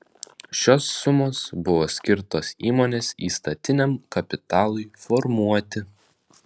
šios sumos buvo skirtos įmonės įstatiniam kapitalui formuoti